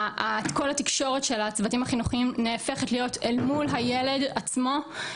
כל התקשורת של הצוותים החינוכיים נהפכת להיות אל מול הילד עצמו,